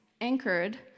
anchored